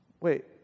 Wait